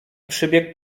przybiegł